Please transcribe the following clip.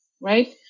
right